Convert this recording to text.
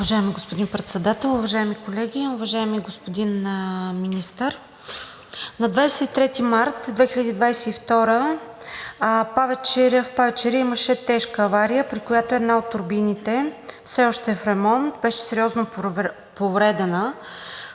Уважаеми господин Председател, уважаеми колеги! Уважаеми господин Министър, на 23 март 2022 г . в ПАВЕЦ „Чаира“ имаше тежка авария, при която една от турбините, все още е в ремонт, беше сериозно повредена